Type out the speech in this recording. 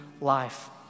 life